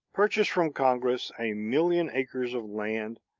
purchased from congress a million acres of land,